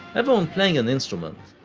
everyone playing an instrument,